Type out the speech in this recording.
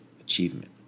achievement